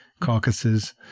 caucuses